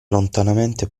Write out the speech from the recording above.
lontanamente